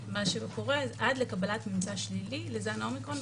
--- עד לקבלת ממצא שלילי לזן האומיקרון,